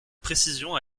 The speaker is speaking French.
précision